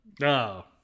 No